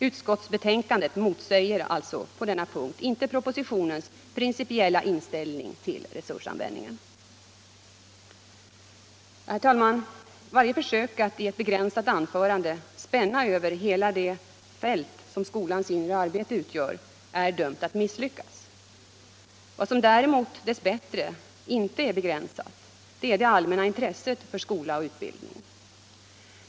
Utskottsbetänkandet motsäger alltså på denna punkt inte propositionens principiella inställning till resursanvändningen. Herr talman! Varje försök att i ett begränsat anförande spänna över hela det fält som skolans inre arbete utgör är dömt att misslyckas. Vad som däremot — dess bättre — inte är begränsat är det allmänna intresset för skola och utbildning.